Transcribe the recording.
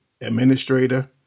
administrator